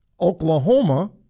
Oklahoma